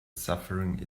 suffering